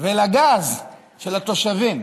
ולגז של התושבים,